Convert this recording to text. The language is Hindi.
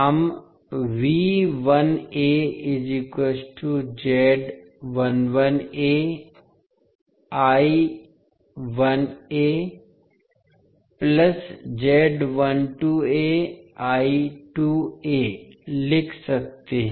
हम लिख सकते हैं